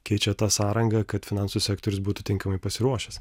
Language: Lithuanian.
keičia tą sąrangą kad finansų sektorius būtų tinkamai pasiruošęs